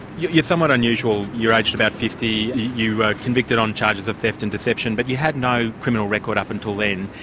you're somewhat unusual, you're aged about fifty, you were convicted on charges of theft and deception, but you had no criminal record up until then,